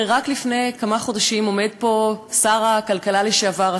הרי רק לפני כמה חודשים עמד פה שר הכלכלה לשעבר,